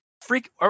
Freak